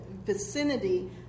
vicinity